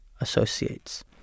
associates